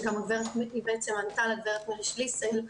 שגם הגברת --- ענתה לגברת שליסל,